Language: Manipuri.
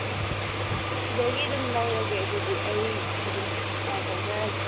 ꯑꯣꯀꯦ ꯁꯤꯗꯒꯤ ꯑꯗꯨꯝ ꯂꯧꯔꯒꯦ ꯑꯗꯨꯗꯤ ꯑꯩ ꯑꯗꯨꯝ ꯄꯥꯎ ꯐꯥꯎꯖꯔꯒꯦ